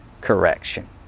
correction